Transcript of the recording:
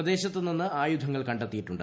പ്രദേശത്ത് നിന്ന് ആയുധങ്ങൾ കണ്ടെത്തിയിട്ടുണ്ട്